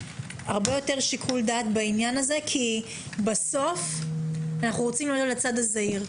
הרבה יותר שיקול דעת בעניין הזה כי בסוף אנחנו רוצים להיות בצד הזהיר.